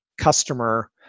customer